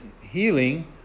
healing